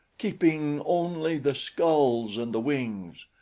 keeping only the skulls and the wings.